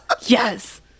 Yes